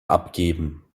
abgeben